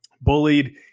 bullied